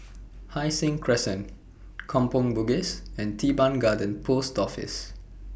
Hai Sing Crescent Kampong Bugis and Teban Garden Post Office